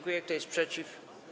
Kto jest przeciw?